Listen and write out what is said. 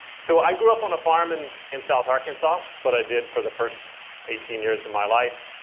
so i grew up on a farm and in south arkansas. it's what i did for the first eighteen years of my life.